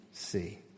See